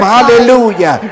Hallelujah